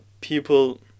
people